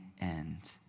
end